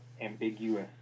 ambiguous